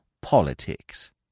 politics